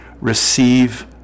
receive